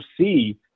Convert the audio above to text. see